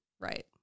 Right